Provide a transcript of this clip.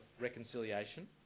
reconciliation